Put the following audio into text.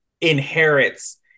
inherits